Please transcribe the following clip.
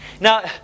Now